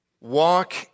Walk